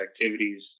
activities